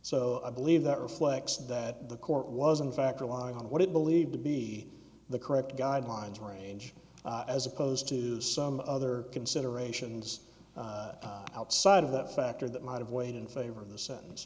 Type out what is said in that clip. so i believe that reflects that the court was in fact relied on what it believed to be the correct guidelines range as opposed to some other considerations outside of that factor that might have weighed in favor of the s